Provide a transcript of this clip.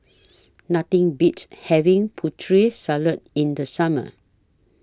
Nothing Beats having Putri Salad in The Summer